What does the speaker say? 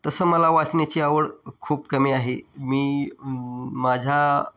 तसं मला वाचण्याची आवड खूप कमी आहे मी माझ्या